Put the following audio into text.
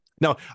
Now